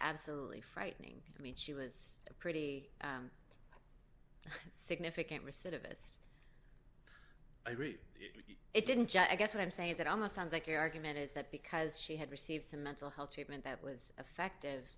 absolutely frightening i mean she was a pretty significant recidivist i read it didn't just i guess what i'm saying is it almost sounds like your argument is that because she had received some mental health treatment that was effective